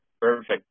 perfect